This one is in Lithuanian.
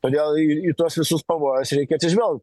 todėl į tuos visus pavojus reikia atsižvelgt